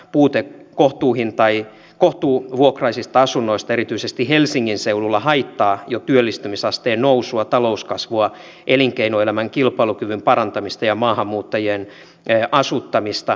ja puute kohtuuvuokraisista asunnoista erityisesti helsingin seudulla haittaa jo työllistymisasteen nousua talouskasvua elinkeinoelämän kilpailukyvyn parantamista ja maahanmuuttajien asuttamista